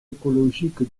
écologique